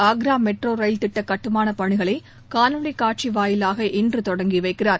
ஆன்ரா metro rail திட்ட கட்டுமான பணிகளை காணொலிக் காட்சி வாயிலாக இன்று தொடங்கி வைக்கிறார்